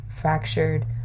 fractured